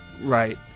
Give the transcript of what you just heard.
Right